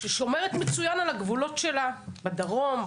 ששומרת מצוין על הגבולות שלה בדרום,